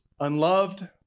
unloved